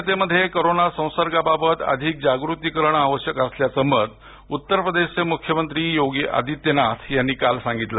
जनतेमध्ये कोरोना संसर्गाबाबत अधिक जागृती करणं आवश्यक असल्याचं मत उत्तर प्रदेशचे मुख्यमंत्री योगी आदित्यनाथ यांनी काल सांगितलं